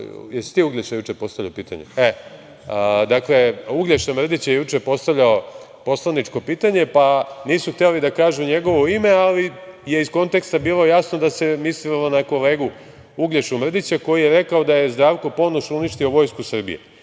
što to nije prvo rekao poslanik SNS, mislim na Uglješu Mrdića. On je juče postavljao poslaničko pitanje, pa nisu hteli da kažu njegovo ime, ali je iz konteksta bilo jasno da se mislilo na kolegu Uglješu Mrdića koji je rekao da je Zdravko Ponoš uništio vojsku Srbije.